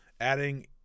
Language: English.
Adding